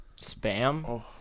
Spam